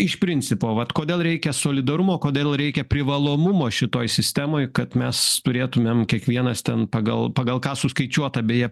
iš principo vat kodėl reikia solidarumo kodėl reikia privalomumo šitoj sistemoj kad mes turėtumėm kiekvienas ten pagal pagal ką suskaičiuota beje